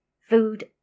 food